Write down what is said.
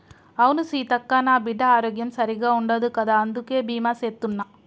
అవును సీతక్క, నా బిడ్డ ఆరోగ్యం సరిగ్గా ఉండదు కదా అందుకే బీమా సేత్తున్న